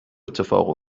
اتفاق